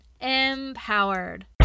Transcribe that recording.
empowered